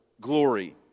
glory